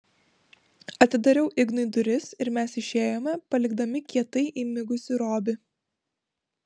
atidariau ignui duris ir mes išėjome palikdami kietai įmigusį robį